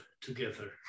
together